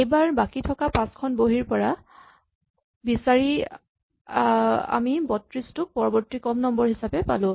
এইবাৰ বাকী থকা পাঁচখন বহীৰ পৰা বিচাৰি আমি ৩২ টোক পৰৱৰ্তী কম নম্বৰ হিচাপে পালো